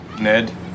ned